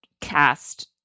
cast